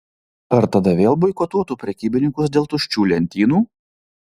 ar tada vėl boikotuotų prekybininkus dėl tuščių lentynų